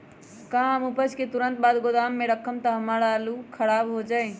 का हम उपज के तुरंत बाद गोदाम में रखम त हमार आलू खराब हो जाइ?